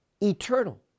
eternal